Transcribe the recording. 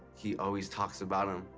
he always talks about them.